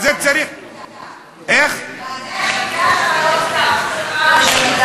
בעלי השליטה שם לא,